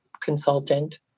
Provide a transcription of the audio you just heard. consultant